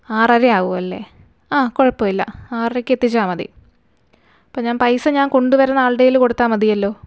ആറരയാവും അല്ലെ ആ കുഴപ്പമില്ല ആറരയ്ക്ക് എത്തിച്ചാൽ മതി അപ്പോൾ ഞാന് പൈസ ഞാന് കൊണ്ട് വരുന്ന ആളുടെ കൈയിൽ കൊടുത്താൽ മതിയല്ലൊ